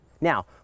Now